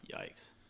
Yikes